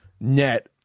net